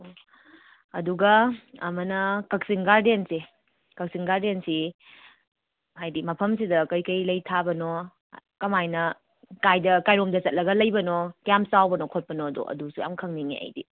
ꯑꯗꯨꯒ ꯑꯃꯅ ꯀꯛꯆꯤꯡ ꯒꯥꯔꯗꯦꯟꯁꯦ ꯀꯛꯆꯤꯡ ꯒꯥꯔꯗꯦꯟꯁꯤ ꯍꯥꯏꯗꯤ ꯃꯐꯝꯁꯤꯗ ꯀꯔꯤꯀꯔꯤ ꯂꯩ ꯊꯥꯕꯅꯣ ꯀꯃꯥꯏꯅ ꯀꯥꯏꯗ ꯀꯥꯏꯔꯣꯝꯗ ꯆꯠꯂꯒ ꯂꯩꯕꯅꯣ ꯀꯌꯥꯝ ꯆꯥꯎꯕꯅꯣ ꯈꯣꯠꯄꯅꯣꯗꯣ ꯑꯗꯨꯖꯁꯨ ꯌꯥꯝꯅ ꯈꯪꯅꯤꯡꯉꯦ ꯑꯩꯗꯤ